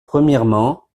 premièrement